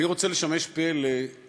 אני רוצה לשמש פה ל-960,000